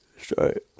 sorry